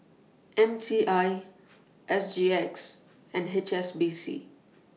M T I S G X and H S B C